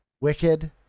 wicked